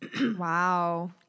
Wow